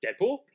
deadpool